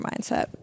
mindset